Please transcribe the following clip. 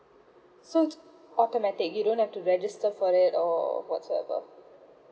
so automatic you don't have to register for that or or whatsoever